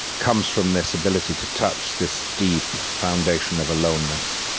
comes from this ability to touch this deep foundation of aloneness.